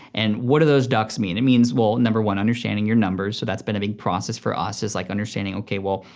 and what are those ducks mean? it means, well, number one, understanding your numbers. so that's been a big process for us, is like understanding, okay, well,